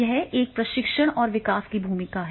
यह यहां प्रशिक्षण और विकास की भूमिका है